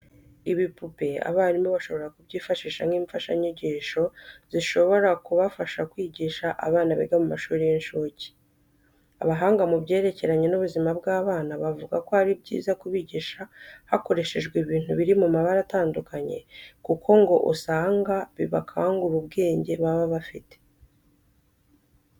Ibipupe abarimu bashobora kubyifashisha nk'imfashanyigisho zishobora kubafasha kwigisha abana biga mu mahuri y'incuke. Abahanga mu byerekeranye n'ubuzima bw'abana bavuga ko ari byiza kubigisha hakoreshejwe ibintu biri mu mabara atandukanye kuko ngo usanga bikangura ubwenge baba bafite.